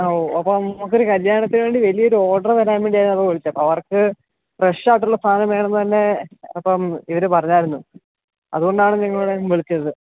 ഓ അപ്പോൾ നമുക്കൊരു കല്യാണത്തിനു വേണ്ടി വലിയൊരു ഓഡർ തരാൻ വേണ്ടിയാണ് ഞാൻ ഇപ്പോൾ വിളിച്ചത് അവർക്ക് ഫ്രഷായിട്ടുള്ള സാധനം വേണം തന്നെ അപ്പം ഇവർ പറഞ്ഞായിരുന്നു അതു കൊണ്ടാണ് നിങ്ങളെ വിളിച്ചത്